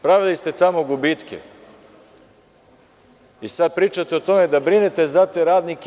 Pravili ste tamo gubitke i sada pričate o tome da brinete za te radnike.